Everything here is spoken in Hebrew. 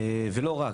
ולא רק,